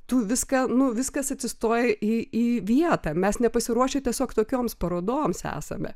tu viską nu viskas atsistoja į į vietą mes nepasiruošę tiesiog tokioms parodoms esame